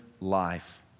life